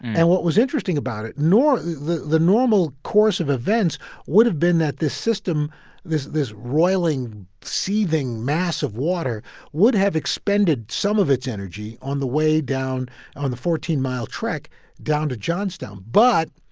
and what was interesting about it, the the normal course of events would've been that this system this this roiling, seething mass of water would have expended some of its energy on the way down on the fourteen mile trek down to johnstown. but,